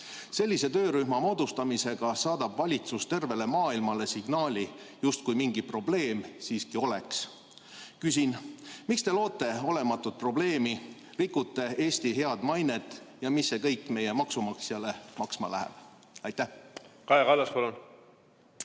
Sellise töörühma moodustamisega saadab valitsus tervele maailmale signaali, justkui mingi probleem siiski oleks. Küsin: miks te loote olematut probleemi, rikute Eesti head mainet ja mis see kõik meie maksumaksjale maksma läheb? Aitäh, austatud